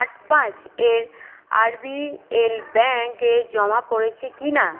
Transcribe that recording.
আট পাঁচ এর আরবিএল ব্যাঙ্কে জমা পড়েছে কি না